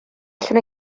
allwn